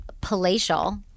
palatial